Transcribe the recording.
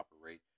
operate